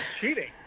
cheating